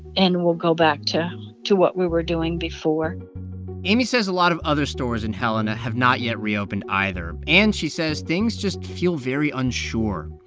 and we'll go back to to what we were doing before amy says a lot of other stores in helena have not yet reopened either. and she says things just feel very unsure.